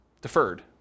deferred